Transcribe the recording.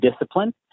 discipline